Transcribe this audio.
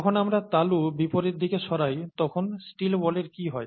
যখন আমরা তালু বিপরীত দিকে সরাই তখন স্টিল বলের কী হয়